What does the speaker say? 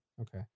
okay